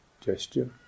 gesture